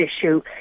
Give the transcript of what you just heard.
issue